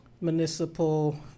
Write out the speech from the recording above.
municipal